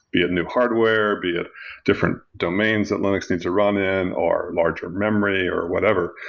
be it new hardware, be it different domains that linux needs to run in or larger memory or whatever.